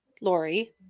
Lori